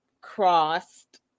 crossed